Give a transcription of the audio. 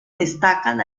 destacan